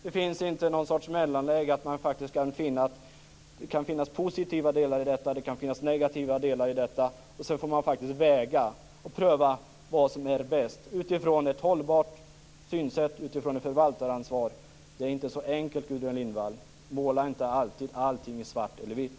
Det finns inte någon sorts mellanläge, där man kan se att det kan finnas både positiva och negativa delar i detta och att man sedan får väga och pröva vad som är bäst utifrån ett hållbart synsätt och ett förvaltaransvar. Det är inte så enkelt, Gudrun Lindvall. Måla inte alltid allting i svart eller vitt.